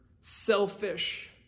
selfish